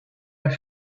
are